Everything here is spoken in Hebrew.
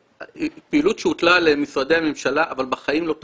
פעילות שהוטלה על משרדי הממשלה אבל בחיים לא תוקצבה.